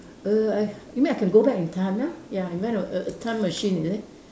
err I you mean I can go back in time ah ya invent a a time machine is it